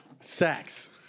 Sex